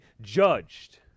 judged